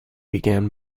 began